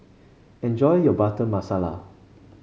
enjoy your Butter Masala